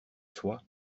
soi